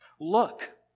Look